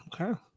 okay